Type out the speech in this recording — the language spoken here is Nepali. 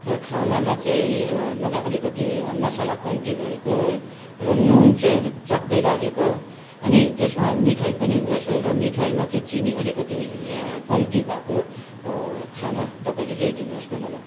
तर खानामा चाहिँ मलाई अलिकति मसला कम्ती भएको है र नुन चाहिँ अलिक चक्कै लागेको अनि त्यसमा मिठाई पनि होस् है र मिठाईमा चै चिनी अलिकति कम्ती भएको खाना तपाईँले ल्याइदिनुहोस् न मलाई